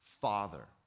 Father